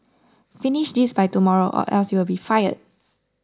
finish this by tomorrow or else you'll be fired